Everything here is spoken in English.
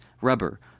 Rubber